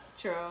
True